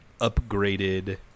upgraded